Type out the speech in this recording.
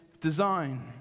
design